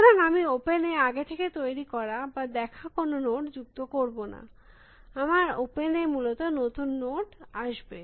সুতরাং আমি ওপেন এ আগে থেকে তৈরী করা বা দেখা কোনো নোট যুক্ত করব না আমার ওপেন এ মূলত নতুন নোট নোটস আসবে